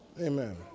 Amen